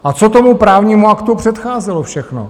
A co tomu právnímu aktu předcházelo všechno?